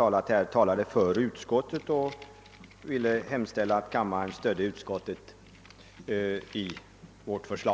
att jag talade för utskottsmajoriteten samt att yrka bifall till utskottets hemställan.